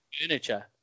furniture